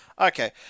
okay